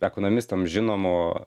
ekonomistams žinomu